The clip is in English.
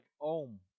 Ohm